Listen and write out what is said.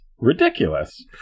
ridiculous